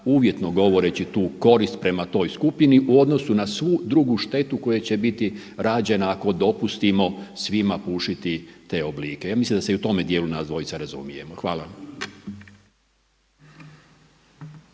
uvjetno govoreći tu korist prema toj skupini u odnosu na svu drugu štetu koja će biti rađena ako dopustimo svima pušiti te oblike, ja mislim da se i u tome dijelu nas dvojica razumijemo. Hvala.